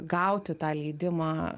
gauti tą leidimą